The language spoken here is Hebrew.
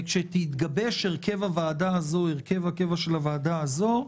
כשיתגבש הרכב הקבע של הוועדה הזאת,